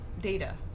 data